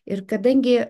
ir kadangi